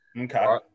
Okay